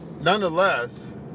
nonetheless